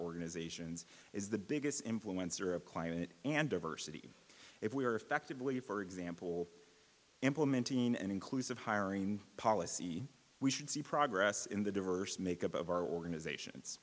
organizations is the biggest influence or a client and diversity if we are effectively for example implementing an inclusive hiring policy we should see progress in the diverse makeup of our organizations